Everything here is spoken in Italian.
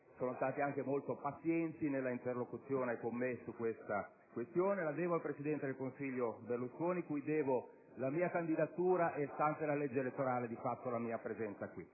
sono stati anche molto pazienti nella interlocuzione con me su tale questione. La devo al presidente del Consiglio Berlusconi, cui devo la mia candidatura e, stante la legge elettorale, di fatto la mia presenza qui.